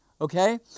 Okay